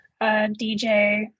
DJ